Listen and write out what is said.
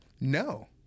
No